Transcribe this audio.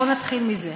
בוא נתחיל מזה.